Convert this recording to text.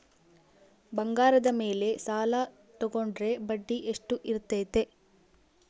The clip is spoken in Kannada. ಬಂಗಾರದ ಮೇಲೆ ಸಾಲ ತೋಗೊಂಡ್ರೆ ಬಡ್ಡಿ ಎಷ್ಟು ಇರ್ತೈತೆ?